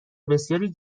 بسیاری